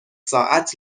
ساعت